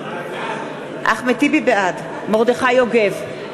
בעד מרדכי יוגב,